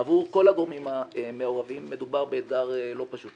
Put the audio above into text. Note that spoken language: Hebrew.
עבור כל הגורמים המעורבים מדובר בדבר לא פשוט